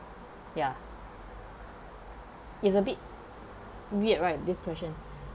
ya it's a bit weird right this question